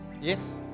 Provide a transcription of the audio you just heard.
Yes